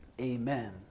Amen